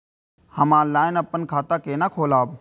हम ऑनलाइन अपन खाता केना खोलाब?